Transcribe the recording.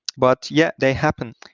but yeah, they happen.